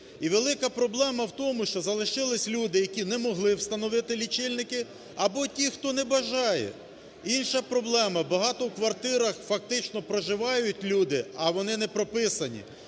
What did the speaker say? І велика проблема у тому, що залишились люди, які не могли встановити лічильники, або ті, хто не бажає. Інша проблема: багато в квартирах фактично проживають люди, а вони не прописані.